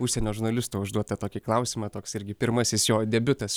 užsienio žurnalisto užduotą klausimą toks irgi pirmasis jo debiutas